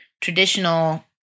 traditional